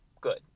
good